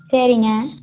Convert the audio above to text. சரிங்க